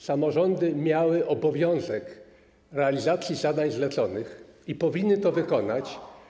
Samorządy miały obowiązek realizacji zadań zleconych i powinny to wykonać.